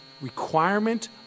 requirement